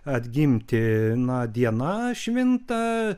atgimti na diena švinta